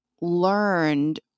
learned